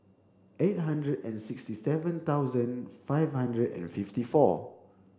eight hundred and sixty seven thousand five hundred and fifty four